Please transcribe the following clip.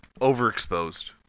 overexposed